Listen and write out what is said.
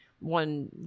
One